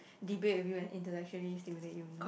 debate with an internationally stimulate you know